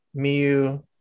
Miyu